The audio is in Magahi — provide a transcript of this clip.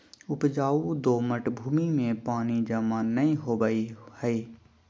उपजाऊ दोमट भूमि में पानी जमा नै होवई हई